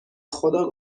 خدا